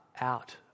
out